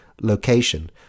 location